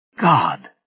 God